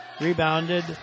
Rebounded